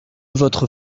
votre